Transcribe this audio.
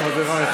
חברי הכנסת,